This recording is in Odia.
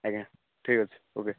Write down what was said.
ଆଜ୍ଞା ଠିକ୍ ଅଛି ଓକେ